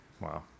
Wow